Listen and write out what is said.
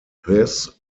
this